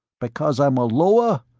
because i'm a lower?